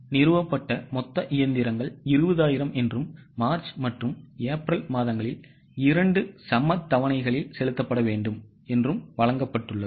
நிறுவப்பட்ட மொத்த இயந்திரங்கள் 20000 என்றும் மார்ச் மற்றும் ஏப்ரல் மாதங்களில் இரண்டு சம தவணைகளில் செலுத்தப்பட வேண்டும் என்றும் வழங்கப்பட்டுள்ளது